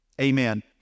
Amen